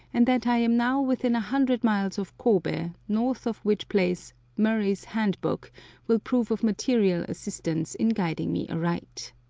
and that i am now within a hundred miles of kobe, north of which place murray's handbook will prove of material assistance in guiding me aright.